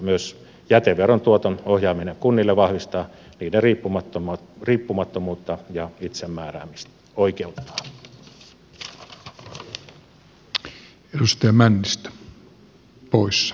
myös jäteveron tuoton ohjaaminen kunnille vahvistaa niiden riippumattomuutta ja itsemääräämisoikeutta